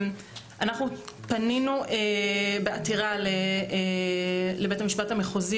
אנחנו פנינו בעתירה לבית המשפט המחוזי